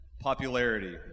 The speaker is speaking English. popularity